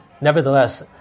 nevertheless